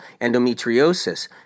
endometriosis